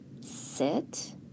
sit